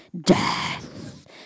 death